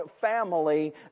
family